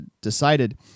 decided